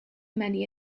many